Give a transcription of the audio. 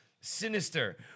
Sinister